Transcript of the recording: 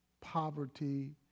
poverty